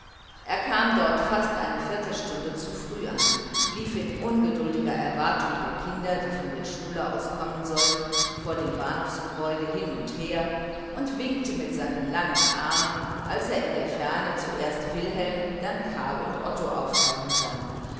er kam dort fast eine viertelstunde zu frühe an lief in ungeduldiger erwartung der kinder die von der schule aus kommen sollten vor dem bahnhofgebäude hin und her und winkte mit seinen langen armen als er in der ferne zuerst wilhelm dann karl und otto auftauchen sah